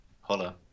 holla